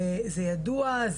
זה ידוע,